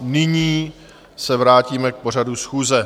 Nyní se vrátíme k pořadu schůze.